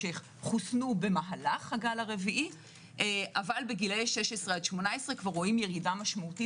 שחוסנו במהלך הגל הרביעי אבל בגילאי 16 עד 18 רואים ירידה משמעותית